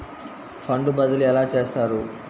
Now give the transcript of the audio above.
Fund బదిలీ ఎలా చేస్తారు?